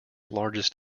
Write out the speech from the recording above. largest